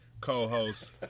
co-host